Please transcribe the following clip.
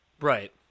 Right